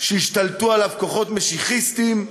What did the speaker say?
שהשתלטו עליו כוחות משיחיסטיים.